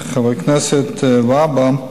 חבר הכנסת והבה,